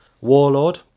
warlord